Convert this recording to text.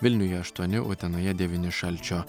vilniuje aštuoni utenoje devyni šalčio